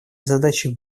задачи